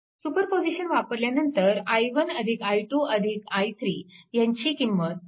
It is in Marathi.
सुपरपोजिशन वापरल्यानंतर i1 i2 i3 ह्याची किंमत 0